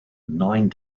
nine